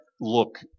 look